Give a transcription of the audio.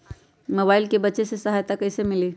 Mobile से बेचे में सहायता कईसे मिली?